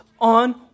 on